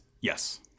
yes